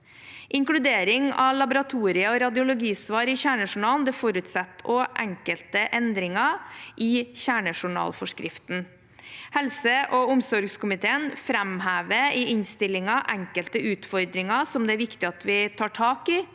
Inkludering av laboratorie- og radiologisvar i kjernejournalen forutsetter også enkelte endringer i kjernejournalforskriften. Helse- og omsorgskomiteen framhever i innstillingen enkelte utfordringer som det er viktig at vi tar tak i